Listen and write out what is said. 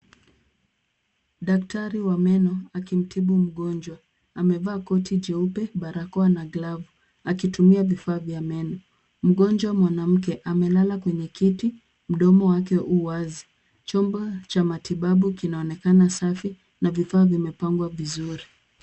Daktari wa meno akimtibu mgonjwa, amevaa koti jeupe barakoa na glavu aki tumia vifaa vya meno. Mgonjwa mwanamke amelala kwenye kiti, mdomo wake uwazi. Chumba cha matibabu kina onekana safi na vifaa vimepangwa vizuri.